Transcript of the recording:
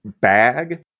bag